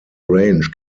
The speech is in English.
range